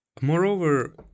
Moreover